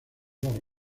dos